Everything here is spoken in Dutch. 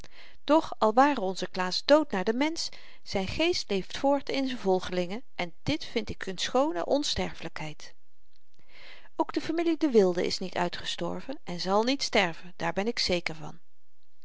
doch al ware onze klaas dood naar den mensch zyn geest leeft voort in z'n volgelingen en dit vind ik n schoone onsterfelykheid ook de familie de wilde is niet uitgestorven en zal niet sterven daar ben ik zeker van